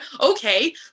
Okay